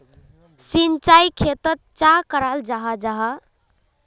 सिंचाई खेतोक चाँ कराल जाहा जाहा?